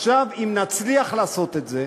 אם נצליח לעשות את זה,